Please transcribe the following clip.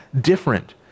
different